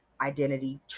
identity